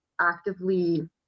actively